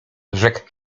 rzekł